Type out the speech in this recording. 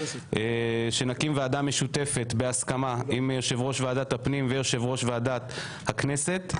שנקים ועדה משותפת בהסכמה עם יושב-ראש ועדת הפנים ויושב-ראש ועדת הכנסת,